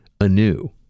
anew